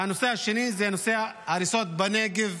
והנושא השני הוא נושא ההריסות בנגב,